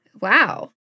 Wow